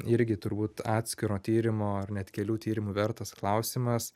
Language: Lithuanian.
irgi turbūt atskiro tyrimo ar net kelių tyrimų vertas klausimas